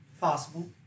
Possible